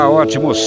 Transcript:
ótimo